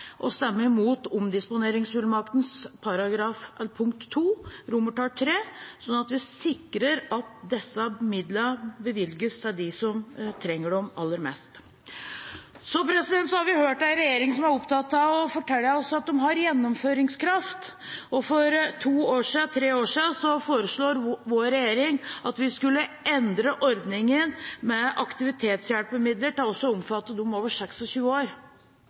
og stemme sammen med oss, og stemme imot omdisponeringsfullmaktens punkt 2 under III, slik at vi sikrer at disse midlene bevilges til dem som trenger dem aller mest. Så har vi hørt en regjering som er opptatt av å fortelle oss at de har gjennomføringskraft. For to–tre år siden foreslo vår regjering at vi skulle endre ordningen med aktivitetshjelpemidler til også å omfatte dem over 26 år.